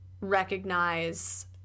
recognize